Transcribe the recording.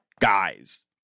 guys